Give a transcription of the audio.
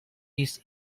this